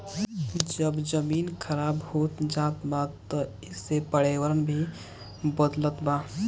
जब जमीन खराब होत जात बा त एसे पर्यावरण भी बदलत बा